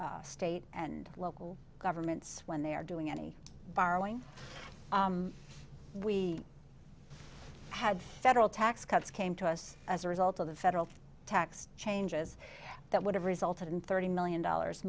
our state and local governments when they are doing any borrowing we have federal tax cuts came to us as a result of the federal tax changes that would have resulted in thirty million dollars